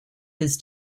his